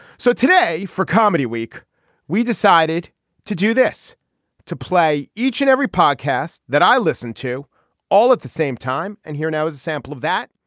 so today for comedy week we decided to do this to play each and every podcast that i listen to all at the same time. and here now is a sample of that